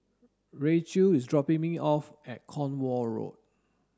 Racheal is dropping me off at Cornwall Road